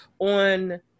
on